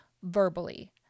verbally